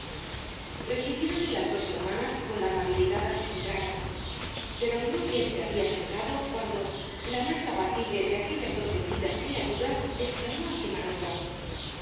pensamiento recibiéronle las dos hermanas con la amabilidad acostumbrada pero no bien se había sentado cuando la más apacible de aquellas dos benditas criaturas exclamó á